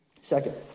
Second